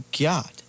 God